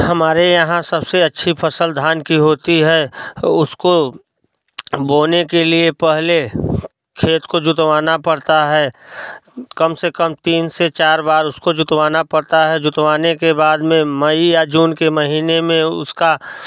हमारे यहाँ सबसे अच्छी फसल धान की होती है उसको बोने के लिए पहले खेत को जुतवाना पड़ता है कम से कम तीन से चार बार उसको जुतवाना पड़ता है जुतवाने के बाद में मई या जून के महीने में उसका